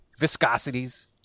Viscosities